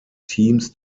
teams